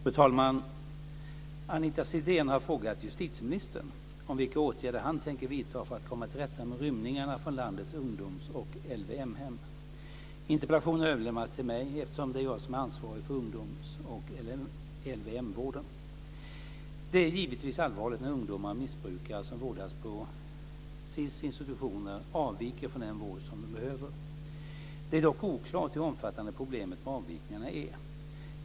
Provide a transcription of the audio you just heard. Fru talman! Anita Sidén har frågat justitieministern vilka åtgärder han tänker vidta för att komma till rätta med rymningarna från landets ungdoms och LVM-hem. Interpellationen har överlämnats till mig, eftersom det är jag som ansvarar för ungdoms och Det är givetvis allvarligt när ungdomar och missbrukare som vårdas på SiS institutioner avviker från den vård som de behöver. Det är dock oklart hur omfattande problemet med avvikningar är.